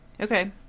Okay